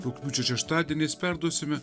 rugpjūčio šeštadieniais perduosime